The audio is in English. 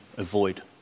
avoid